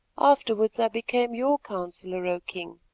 afterwards i became your counsellor, o king,